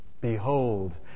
Behold